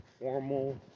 formal